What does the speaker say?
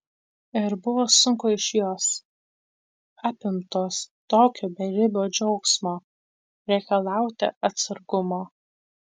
ir buvo sunku iš jos apimtos tokio beribio džiaugsmo reikalauti atsargumo